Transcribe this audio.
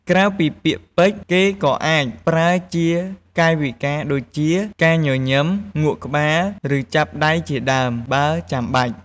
ក្រៅពីពាក្យពេចន៍ គេក៏អាចប្រើជាកាយវិការដូចជា ការញញឹម ងក់ក្បាល ឬ ចាប់ដៃជាដើម បើចាំបាច់។